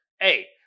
Hey